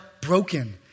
broken